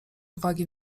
uwagi